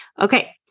Okay